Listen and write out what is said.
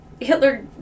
Hitler